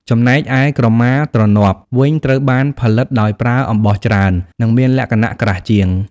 ចំណែកឯ ក្រមាទ្រនាប់ វិញ ត្រូវបានផលិតដោយប្រើអំបោះច្រើន និងមានលក្ខណៈក្រាស់ជាង។